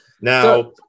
Now